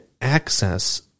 access